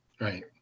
Right